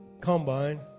combine